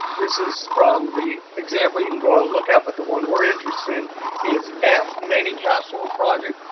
this is from the example you can go and look at. but the one we're interested in is f many cash flow project,